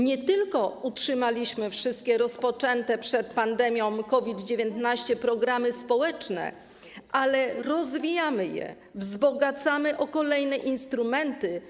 Nie tylko utrzymaliśmy wszystkie rozpoczęte przed pandemią COVID-19 programy społeczne, lecz także rozwijamy je i wzbogacamy o kolejne instrumenty.